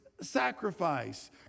sacrifice